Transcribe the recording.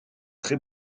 très